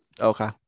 Okay